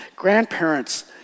Grandparents